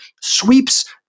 sweeps